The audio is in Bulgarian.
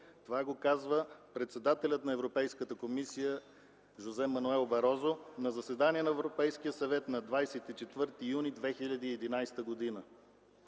Това го казва председателят на Европейската комисия Жозе Мануел Барозу на заседание на Европейския съвет на 24 юни 2011 г.